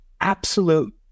absolute